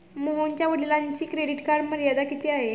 मोहनच्या वडिलांची credit card मर्यादा किती आहे?